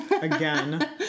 Again